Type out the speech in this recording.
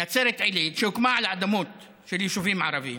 נצרת עילית, שהוקמה על אדמות של יישובים ערביים,